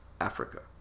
Africa